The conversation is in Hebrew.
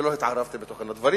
ולא התערבתי בתוכן הדברים.